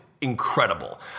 incredible